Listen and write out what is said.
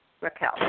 Raquel